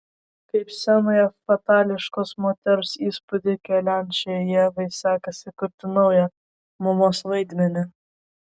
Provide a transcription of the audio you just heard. kaip scenoje fatališkos moters įspūdį keliančiai ievai sekasi kurti naują mamos vaidmenį